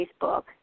Facebook